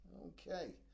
okay